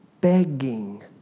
begging